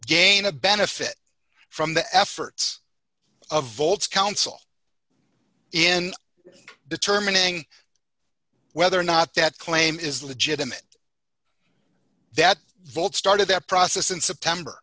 gain a benefit from the efforts of volts counsel in determining whether or not that claim is legitimate that volt started that process in september